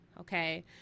Okay